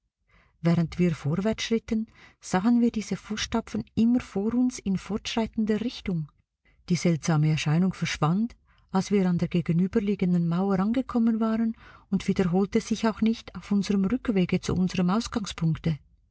während wir vorwärtsschritten sahen wir diese fußstapfen immer vor uns in fortschreitender richtung die seltsame erscheinung verschwand als wir an der gegenüberliegenden mauer angekommen waren und wiederholte sich auch nicht auf unserem rückwege zu unserem ausgangspunkte